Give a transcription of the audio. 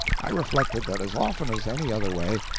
i reflected that as often as any other way,